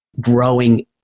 growing